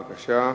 בבקשה.